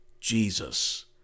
Jesus